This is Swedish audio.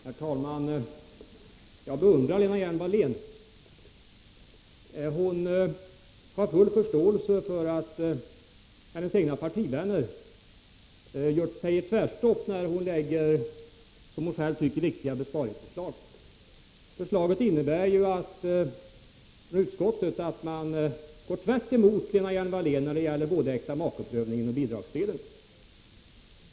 Herr talman! Jag beundrar Lena Hjelm-Wallén. Hon har full förståelse för att hennes egna partivänner gör tvärstopp när hon lägger fram som hon själv tycker riktiga besparingsförslag. Utskottet går ju tvärtemot Lena Hjelm Wallén när det gäller både äktamakeprövningen och bidragsdelen.